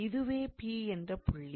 இதுவே P என்ற புள்ளி